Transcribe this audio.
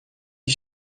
que